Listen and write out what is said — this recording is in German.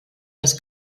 dass